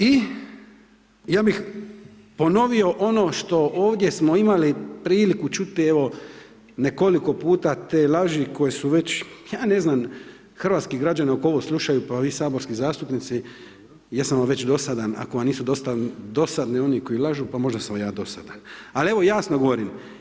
I ja bih ponovio ono što ovdje smo imali priliku čuti, evo, nekoliko puta te laži koje su već, ja ne znam, hrvatski građani ako ovo slušaju, pa vi saborski zastupnici, jesam vam već dosadan, ako vam nisu dosadni oni koji lažu, pa možda sam vam ja dosadan, ali evo jasno govorim.